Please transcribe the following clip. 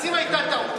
אז אם הייתה טעות,